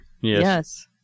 Yes